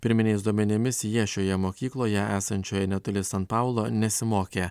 pirminiais duomenimis jie šioje mokykloje esančioje netoli san paulo nesimokė